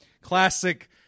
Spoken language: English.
Classic